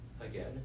again